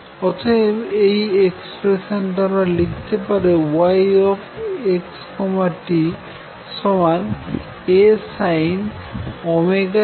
অতএব এই এক্সপ্রেশানটা লিখতে পারি y x t ASinωt 2πxλ